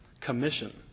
commission